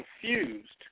confused